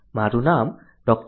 મારું નામ ડો